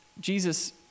Jesus